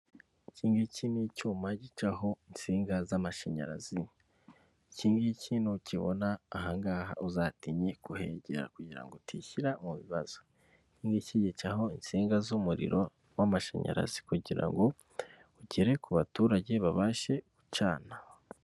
Iki ngiki ni icyuma gicaho insinga z'amashanyarazi, iki ngiki nukibona ahangaha uzatinye kuhegera kugirango utishyira mu bibazo, iki nguki gicaho insinga z'umuriro w'amashanyarazi kugira ngo ugere ku baturage babashe gucana.